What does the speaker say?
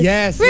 Yes